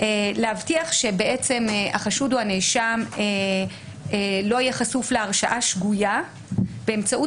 להבטיח שבעצם החשוד או הנאשם לא יהיה חשוף להרשעה שגויה באמצעות